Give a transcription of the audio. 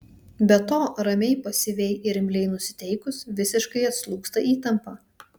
be to ramiai pasyviai ir imliai nusiteikus visiškai atslūgsta įtampa